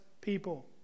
people